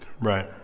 Right